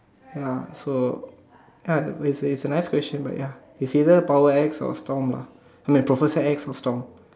ya so ya like what you say it's a nice question but ya it's either power X or Storm lah I mean professor X or Storm